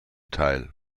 teil